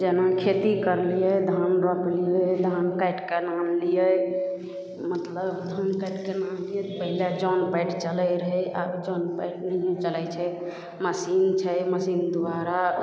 जेना खेती करलिए धान रोपलिए धान काटिके आनलिए मतलब धान काटिके आनलिए तऽ पहिले जन पैठ चलै रहै आब तऽ जन पैठ नहि चलै छै मशीन छै मशीन द्वारा